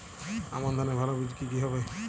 আমান ধানের ভালো বীজ কি কি হবে?